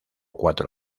cuatro